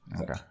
Okay